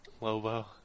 Lobo